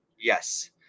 Yes